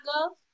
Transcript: girl